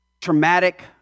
traumatic